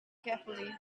carefully